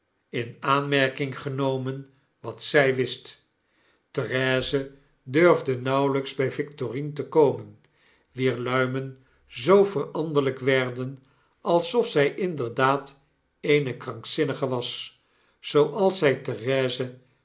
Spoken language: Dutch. in aanmerking genomen wat zg wist therese durfde nauwelijks bg victorine te komen wier luimen zoo veranderlgk werden alsof zg inderdaad eene krankzinnige was zooals zg therese